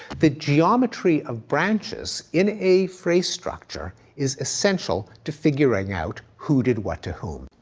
the geometry of branches in a phrase structure is essential to figuring out who did what to whom.